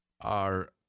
Are